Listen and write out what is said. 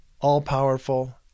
all-powerful